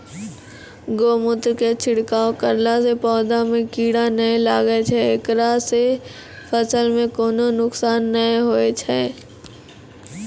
गोमुत्र के छिड़काव करला से पौधा मे कीड़ा नैय लागै छै ऐकरा से फसल मे कोनो नुकसान नैय होय छै?